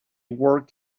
work